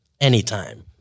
anytime